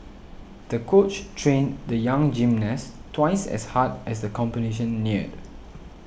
the coach trained the young gymnast twice as hard as the competition neared